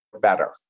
better